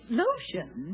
lotion